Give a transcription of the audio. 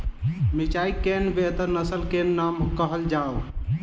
मिर्चाई केँ बेहतर नस्ल केँ नाम कहल जाउ?